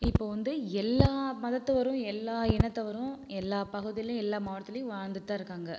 இப்போ வந்து எல்லா மதத்தவரும் எல்லா இனத்தவரும் எல்லா பகுதிலையும் எல்லா மாவட்டத்துலையும் வாழ்ந்துகிட்டு தான் இருக்காங்க